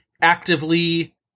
actively